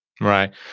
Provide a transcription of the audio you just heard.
Right